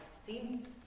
seems